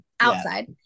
outside